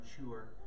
mature